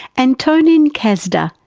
antonin kazda,